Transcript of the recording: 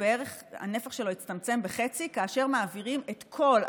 הנפח שלו הצטמצם בחצי כאשר מעבירים את כל,